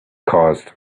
caused